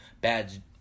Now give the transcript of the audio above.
bad